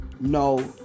no